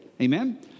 Amen